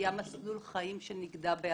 היה מסלול חיים שנגדע.